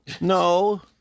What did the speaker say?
No